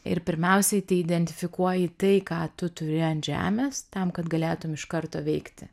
ir pirmiausiai tai identifikuoji tai ką tu turi ant žemės tam kad galėtum iš karto veikti